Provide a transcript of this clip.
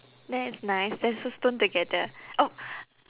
that is nice let's all stone together oh